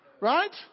Right